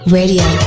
Radio